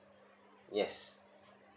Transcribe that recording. yes